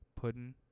pudding